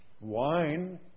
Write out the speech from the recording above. wine